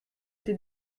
été